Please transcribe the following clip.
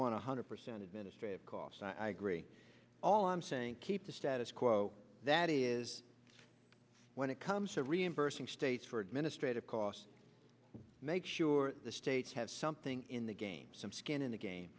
want a hundred percent administrative costs i agree all i'm saying keep the status quo that is when it comes to reimbursing states for administrative costs make sure the states have something in the game some skin in the game